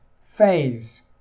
phase